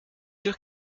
sûr